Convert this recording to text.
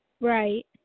right